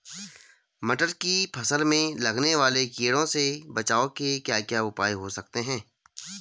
मटर की फसल में लगने वाले कीड़ों से बचाव के क्या क्या उपाय हो सकते हैं?